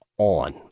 On